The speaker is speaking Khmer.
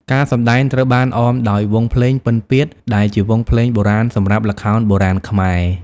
ការសម្ដែងត្រូវបានអមដោយវង់ភ្លេង ពិណពាទ្យ ដែលជាវង់ភ្លេងបុរាណសម្រាប់ល្ខោនបុរាណខ្មែរ ។